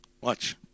Watch